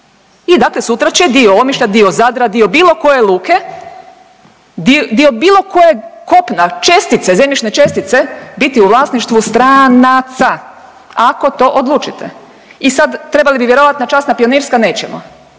I dakle sutra će dio Omišlja, dio Zadra, dio bilo koje luke, dio bilo kojeg kopna, čestice, zemljišne čestice biti u vlasništvu stranaca ako to odlučite. I sada trebali bi vjerovati na časna pionirska, nećemo.